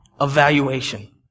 evaluation